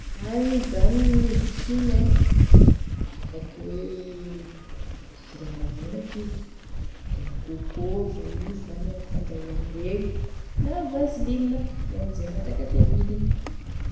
Maigny zany gn'hoditry igny e da afaky hoe osoranao menaky izy, diloilo coco fa izy na menaky fandrahoagny regny na vaseline hoan'izay mahatakatry e vidiny.